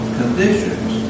conditions